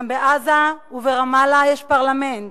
גם בעזה וברמאללה יש פרלמנט,